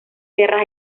guerras